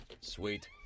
Sweet